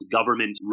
government